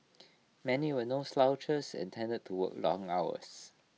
many were no slouches and tended to work long hours